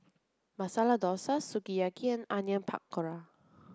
Masala Dosa Sukiyaki and Onion Pakora